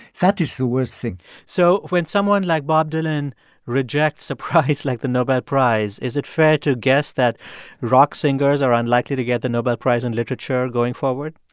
that is the worst thing so when someone like bob dylan rejects a prize like the nobel prize, is it fair to guess that rock singers are unlikely to get the nobel prize in literature going forward?